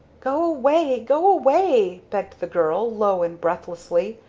go away! go away! begged the girl, low and breathlessly.